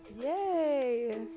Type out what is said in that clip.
Yay